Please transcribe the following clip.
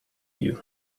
you